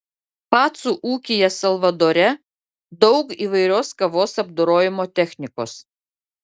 pacų ūkyje salvadore daug įvairios kavos apdorojimo technikos